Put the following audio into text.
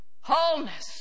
wholeness